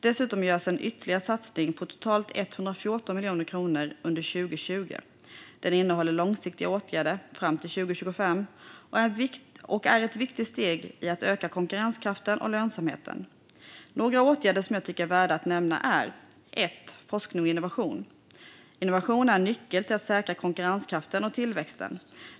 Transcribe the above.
Dessutom görs ytterligare satsningar på totalt 114 miljoner kronor under 2020. Den innehåller långsiktiga åtgärder fram till 2025 och är ett viktigt steg i att öka konkurrenskraften och lönsamheten. Några åtgärder som jag tycker är värda att nämna är: Forskning och innovation - innovation är en nyckel till att säkra konkurrenskraften och tillväxten.